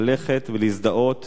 ללכת ולהזדהות